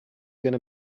gonna